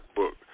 book